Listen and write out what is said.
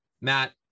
matt